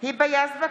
היבה יזבק,